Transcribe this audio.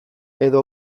edo